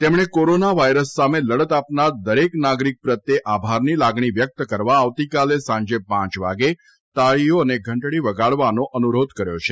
તેમણે corona virus સામે લડત આપનાર દરેક નાગરિક પ્રત્યે આભારની લાગણી વ્યક્ત કરવા આવતીકાલે સાંજે પાંચ વાગે તાળીઓ અને ઘંટડી વગાડવાનો અનુરોધ કર્યો છે